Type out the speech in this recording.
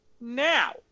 now